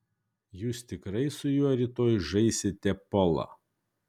jūs tikrai su juo rytoj žaisite polą